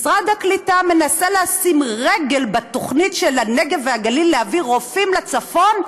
משרד הקליטה מנסה לשים רגל בתוכנית של הנגב והגליל להביא רופאים לצפון,